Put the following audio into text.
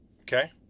Okay